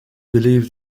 believed